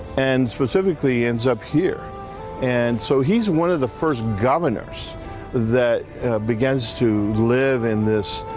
and specifically ends up here and so he's one of the first governors that begins to live in this.